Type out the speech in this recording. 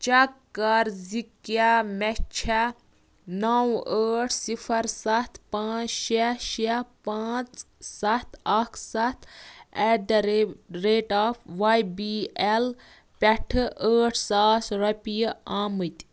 check کَر زِ کیٛاہ مےٚ چھےٚ نَو ٲٹھ سِفَر سَتھ پانٛژھ شےٚ شےٚ پانٛژھ سَتھ اکھ سَتھ ایٹ دَ ریو rate of Y B L پٮ۪ٹھٕ ٲٹھ ساس رۄپیہِ آمٕتۍ